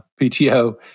PTO